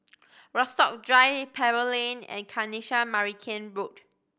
Rasok Drive Pebble Lane and Kanisha Marican Road